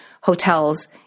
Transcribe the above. hotels